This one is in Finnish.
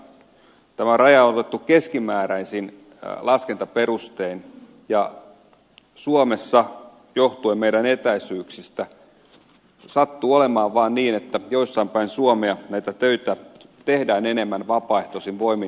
tämä raja on otettu keskimääräisin laskentaperustein ja suomessa johtuen meidän etäisyyksistämme sattuu vaan olemaan niin että jossain päin suomea näitä töitä tehdään enemmän vapaaehtoisin voimin